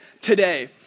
today